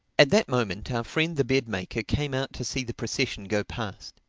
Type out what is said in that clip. at that moment our friend the bed-maker came out to see the procession go past.